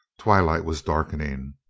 twilight was darkening.